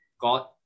God